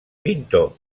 pintor